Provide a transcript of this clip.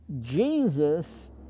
Jesus